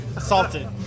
salted